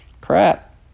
Crap